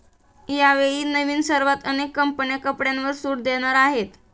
यावेळी नवीन वर्षात अनेक कंपन्या कपड्यांवर सूट देणार आहेत